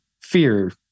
fear